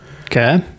Okay